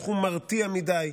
סכום מרתיע מדי,